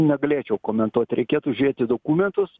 negalėčiau komentuot reikėtų žiūrėti į dokumentus